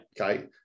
Okay